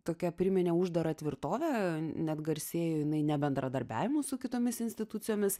tokia priminė uždarą tvirtovę net garsėjo jinai nebendradarbiavimu su kitomis institucijomis